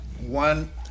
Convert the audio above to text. one